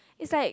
is like